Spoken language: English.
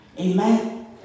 Amen